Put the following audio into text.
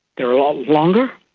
they are a lot longer,